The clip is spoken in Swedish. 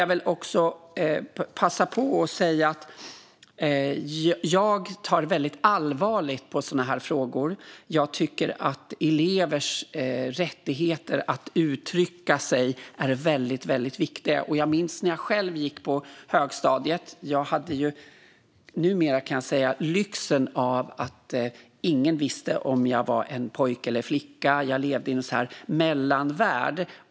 Jag vill passa på att säga att jag tar mycket allvarligt på sådana här frågor. Jag tycker att elevers rättigheter att uttrycka sig är väldigt viktiga. Jag minns när jag själv gick på högstadiet. Jag hade lyxen - det kan jag numera säga - att ingen visste om jag var en pojke eller en flicka, utan jag levde i en mellanvärld.